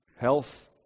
health